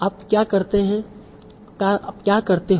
आप क्या करते हो